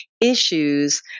issues